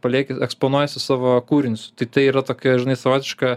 palieki eksponuojiesi savo kūrinius tai tai yra tokia žinai savotiška